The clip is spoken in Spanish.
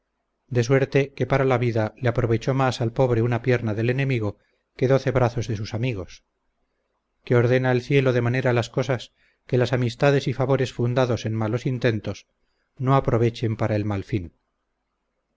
de suerte que para la vida le aprovechó más al pobre una pierna del enemigo que doce brazos de sus amigos que ordena el cielo de manera las cosas que las amistades y favores fundados en malos intentos no aprovechen para el mal fin